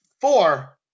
four